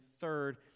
third